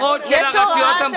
אני אישרתי פה העברה תקציבית?